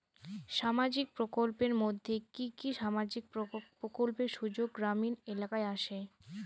সামাজিক প্রকল্পের মধ্যে কি কি সামাজিক প্রকল্পের সুযোগ গ্রামীণ এলাকায় আসে?